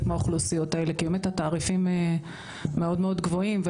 מהאוכלוסיות האלה כי התעריפים מאוד גבוהים.